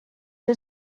que